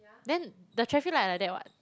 then the traffic light like that what